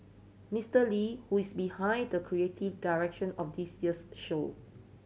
Mister Lee who is behind the creative direction of this year's show